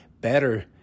better